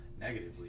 negatively